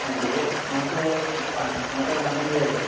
అండి మాకు ఫంక్షన్ ఒకటి ఉన్నాదండి